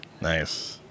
Nice